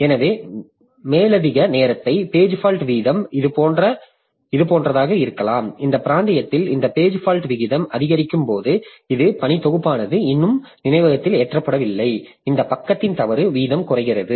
எனவே மேலதிக நேரத்தை பேஜ் ஃபால்ட் வீதம் இதுபோன்றதாக இருக்கலாம் இந்த பிராந்தியத்தில் இந்த பேஜ் ஃபால்ட் விகிதம் அதிகரிக்கும் போது இது பணி தொகுப்பானது இன்னும் நினைவகத்தில் ஏற்றப்படவில்லை இந்த பக்கத்தின் தவறு வீதம் குறைகிறது